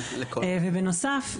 בנוסף,